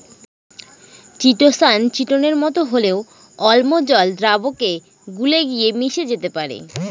chitosan চিটোনের মতো হলেও অম্ল জল দ্রাবকে গুলে গিয়ে মিশে যেতে পারে